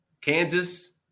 Kansas